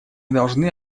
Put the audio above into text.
должны